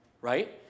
right